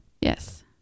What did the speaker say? Yes